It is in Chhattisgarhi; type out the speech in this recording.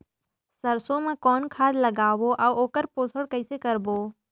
सरसो मा कौन खाद लगाबो अउ ओकर पोषण कइसे करबो?